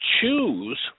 choose